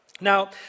Now